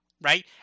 right